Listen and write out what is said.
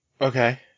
Okay